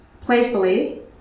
playfully